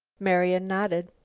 marian nodded.